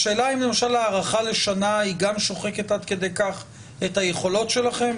השאלה אם למשל הארכה לשנה היא גם שוחקת עד כדי כך את היכולות שלכם?